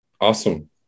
Awesome